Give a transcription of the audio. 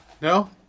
No